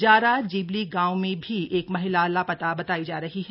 Zara Jibli गांव में भी एक महिला लापता बतायी जा रही है